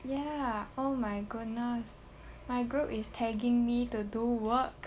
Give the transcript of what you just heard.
ya oh my goodness my group is tagging me to do work